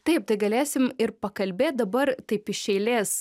taip tai galėsim ir pakalbėt dabar taip iš eilės